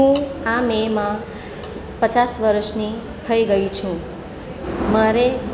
હું આ મેમાં પચાસ વર્ષની થઈ ગઈ છું મારે